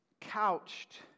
couched